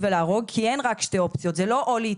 וזהו,